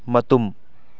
ꯃꯇꯨꯝ